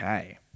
Okay